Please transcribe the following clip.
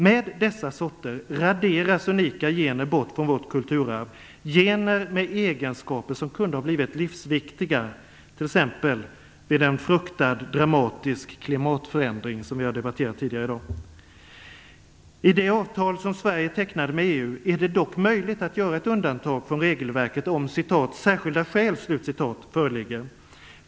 Med dessa sorter raderas unika gener bort från vårt kulturarv, gener med egenskaper som kunde ha blivit livsviktiga, t.ex. vid en fruktad dramatisk klimatförändring, som vi har debatterat tidigare i dag. Enligt det avtal som Sverige tecknade med EU är det dock möjligt att göra ett undantag från regelverket om "särskilda skäl" föreligger.